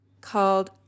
called